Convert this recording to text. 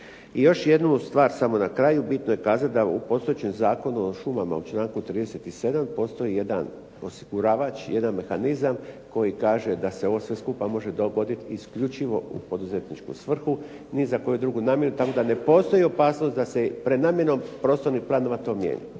I još jednu stvar samo na kraju, bitno je kazat da u postojećem Zakonu o šumama u članku 37. postoji jedan osiguravač, jedan mehanizam koji kaže da se ovo sve skupa može dogoditi isključivo u poduzetničku svrhu, ni za koju drugu namjenu, tako da ne postoji opasnost da se prenamjenom prostornih planova to mijenja.